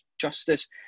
justice